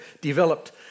developed